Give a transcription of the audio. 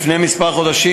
לפני כמה חודשים,